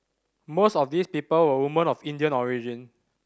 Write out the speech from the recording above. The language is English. most of these people were woman of Indian origin